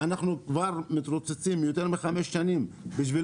ואנחנו כבר מתרוצצים יותר מחמש שנים בשביל